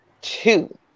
two